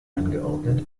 angeordnet